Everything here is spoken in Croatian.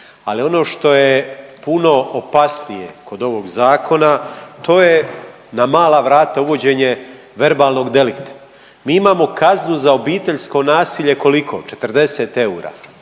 ali ono što je puno opasnije kod ovog zakona to je na mala vrata uvođenje verbalnog delikta. Mi imamo kaznu za obiteljsko nasilje koliko 40 eura,